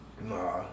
Nah